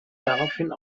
daraufhin